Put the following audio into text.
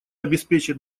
обеспечит